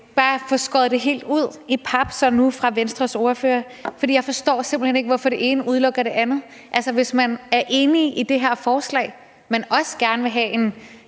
ordfører skærer det helt ud i pap, for jeg forstår simpelt hen ikke, hvorfor det ene udelukker det andet. Man er enig i det her forslag, men vil også gerne have en